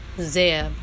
zeb